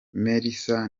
melissa